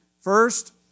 First